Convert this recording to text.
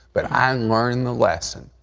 but i learned the lesson.